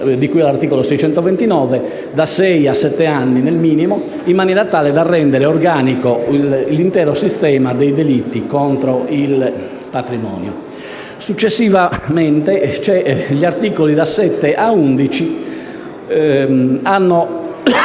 del codice penale, da sei a sette anni nel minimo, in maniera tale da rendere organico l'intero sistema dei delitti contro il patrimonio. Successivamente, gli articoli da 7 a 11 si occupano